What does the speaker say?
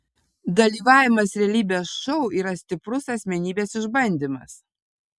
dalyvavimas realybės šou yra stiprus asmenybės išbandymas